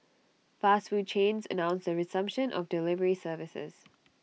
fast food chains announced the resumption of delivery services